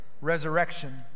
resurrection